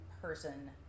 person